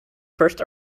first